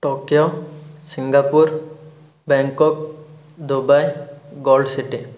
Tokyo Singapore Bangkok Dubai gold city